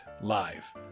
live